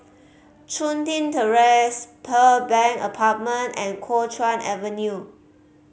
Chun Tin Terrace Pearl Bank Apartment and Kuo Chuan Avenue